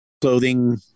clothing